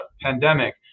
pandemic